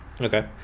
Okay